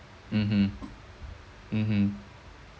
mmhmm mmhmm